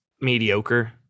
mediocre